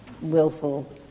willful